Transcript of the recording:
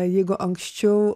jeigu anksčiau